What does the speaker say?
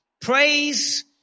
Praise